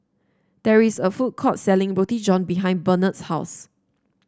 there is a food court selling Roti John behind Barnard's house